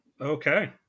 Okay